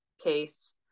case